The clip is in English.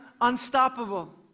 unstoppable